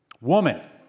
woman